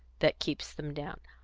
that keeps them down.